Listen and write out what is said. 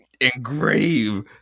engrave